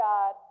God